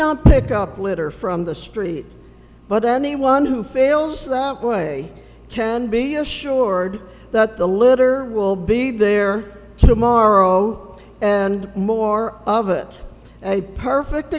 not pick up litter from the street but anyone who feels that way can be assured that the litter will be there tomorrow and more of it a perfect